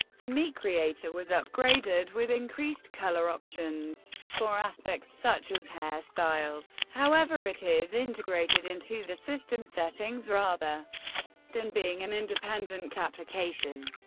the mii creator was upgraded with increased color options for aspects such as hair styles however, it is integrated into the system settings, rather than being an independent application.